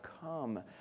come